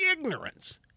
ignorance